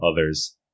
others